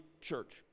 church